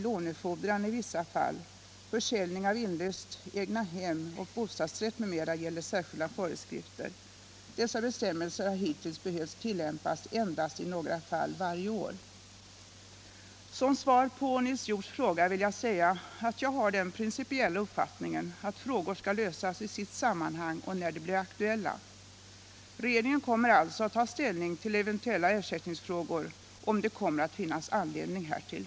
Dessa bestämmelser har hittills behövt tillämpas i endast några fall varje år. Som svar på Nils Hjorths fråga vill jag säga att jag har den principiella uppfattningen att problem skall lösas i sitt sammanhang och när de blir aktuella. Regeringen kommer alltså att ta ställning till eventuella ersättningsfrågor om det kommer att finnas anledning härtill.